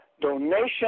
Donation